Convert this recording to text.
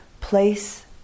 place